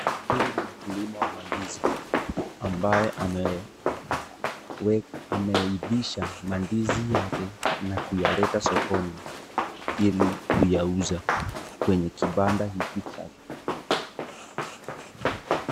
Huyu ni mkulima wa mandizi ambaye ameivisha mandizi yake na kuyaleta sokoni ili kuyauza kwenye kibanda hiki chake.